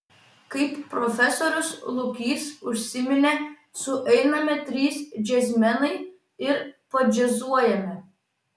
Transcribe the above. kaip profesorius lukys užsiminė sueiname trys džiazmenai ir padžiazuojame